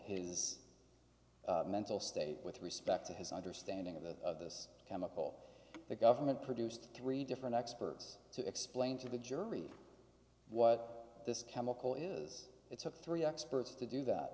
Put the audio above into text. his mental state with respect to his understanding of the this chemical the government produced three different experts to explain to the jury what this chemical is it took three experts to do that